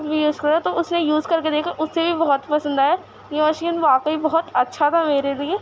تم بھی یوز کرو تو اس نے یوز کر کے دیکھا اسے بھی بہت پسند آیا یہ مشین واقعی بہت اچھا تھا میرے لیے